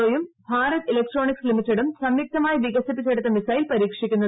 O യും Bharat electronics ലിമിറ്റഡും സംയുക്തമായി വികസിപ്പിച്ചെടുത്ത മിസൈൽ പരീക്ഷിക്കുന്നത്